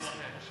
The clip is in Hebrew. אני מוחה.